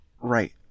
Right